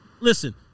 Listen